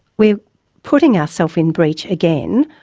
we're putting ourself in breach, again,